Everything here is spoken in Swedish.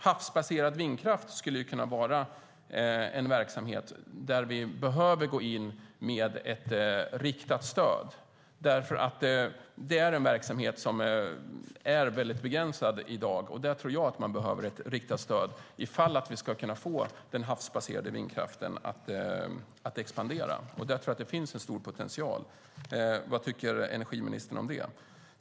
Havsbaserad vindkraft skulle kunna vara en verksamhet där vi behöver gå in med ett riktat stöd, därför att det är en verksamhet som är väldigt begränsad i dag. Jag tror att man behöver ett riktat stöd om vi ska kunna få den havsbaserade vindkraften att expandera. Där tror jag att det finns en stor potential. Vad tycker energiministern om det?